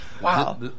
Wow